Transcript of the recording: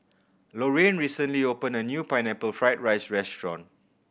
Lorrayne recently opened a new Pineapple Fried rice restaurant